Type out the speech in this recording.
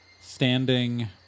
standing